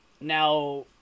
Now